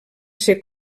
ser